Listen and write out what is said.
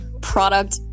product